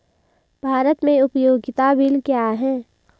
भारत में उपयोगिता बिल क्या हैं?